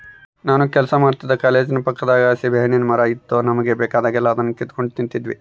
ನಾನು ಕೆಲಸ ಮಾಡ್ತಿದ್ದ ಕಾಲೇಜಿನ ಪಕ್ಕದಾಗ ಸೀಬೆಹಣ್ಣಿನ್ ಮರ ಇತ್ತು ನಮುಗೆ ಬೇಕಾದಾಗೆಲ್ಲ ಅದುನ್ನ ಕಿತಿಗೆಂಡ್ ತಿಂತಿದ್ವಿ